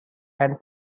and